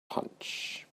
punch